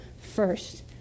first